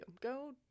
Go